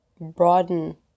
Broaden